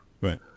right